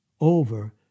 over